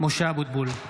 משה אבוטבול,